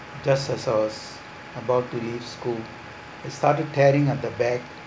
just as I was about to leave school it started tearing at the back